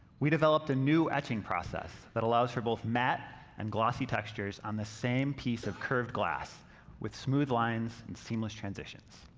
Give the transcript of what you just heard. we developed a new etching process that allows for both matte and glossy textures on the same piece of curved glass with smooth lines and seamless transitions.